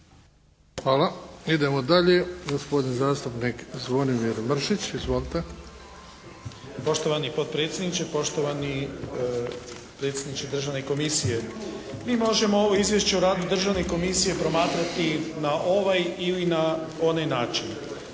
Hvala. Idemo dalje. Gospodin zastupnik Zvonimir Mršić. Izvolite. **Mršić, Zvonimir (SDP)** Poštovani potpredsjedniče, poštovani predsjedniče Državne komisije. Mi možemo ovo Izvješće o radu Državne komisije promatrati na ovaj ili na onaj način.